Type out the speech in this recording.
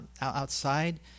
outside